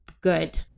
good